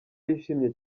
yishimiye